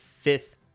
fifth